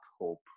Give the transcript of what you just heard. hope